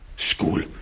school